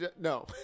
no